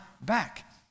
back